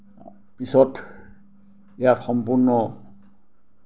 পিছত ইয়াক সম্পূৰ্ণ